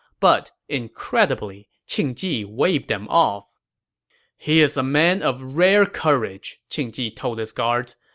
but incredibly, qing ji waved them off he is a man of rare courage, qing ji told his guards.